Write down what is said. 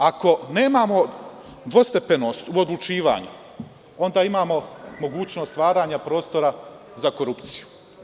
Ako nemamo dvostepenost u odlučivanju onda imamo mogućnost stvaranja prostora za korupciju.